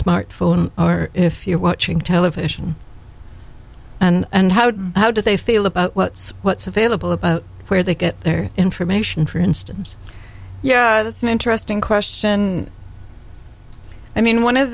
smart phone or if you're watching television and how how do they feel about what's available where they get their information for instance yeah that's an interesting question i mean one of